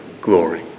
glory